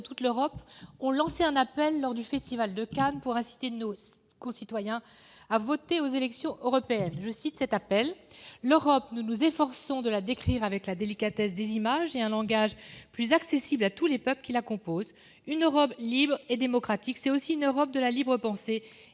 l'Europe ont lancé l'appel suivant pour inciter nos concitoyens à voter lors des élections européennes :« L'Europe, nous nous efforçons de la décrire avec la délicatesse des images et un langage plus accessible à tous les peuples qui la composent. [...] Une Europe libre et démocratique, c'est aussi une Europe de la libre pensée et